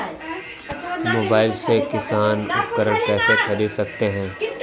Mobile से किसान उपकरण कैसे ख़रीद सकते है?